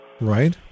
Right